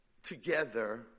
Together